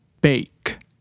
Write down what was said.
bake